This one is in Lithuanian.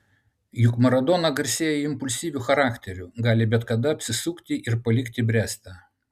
juk maradona garsėja impulsyviu charakteriu gali bet kada apsisukti ir palikti brestą